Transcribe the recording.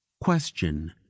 question